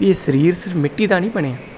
ਇਹ ਸਰੀਰ ਸਿਰਫ ਮਿੱਟੀ ਦਾ ਨਹੀਂ ਬਣਿਆ